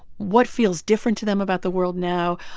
what feels different to them about the world now.